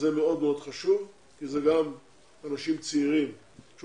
דבר שהוא מאוד מאוד חשוב כי אלה גם אנשים צעירים ושוב,